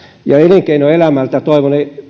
elinkeinoelämältä toivon